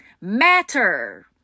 matter